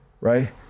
right